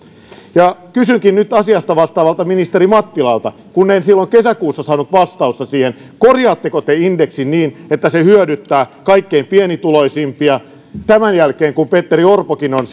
kysynkin nyt asiasta vastaavalta ministeri mattilalta kun en silloin kesäkuussa saanut vastausta siihen korjaatteko te indeksin niin että se hyödyttää kaikkein pienituloisimpia tämän jälkeen kun ministeri orpokin on